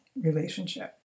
relationship